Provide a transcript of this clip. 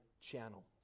channel